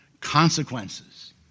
consequences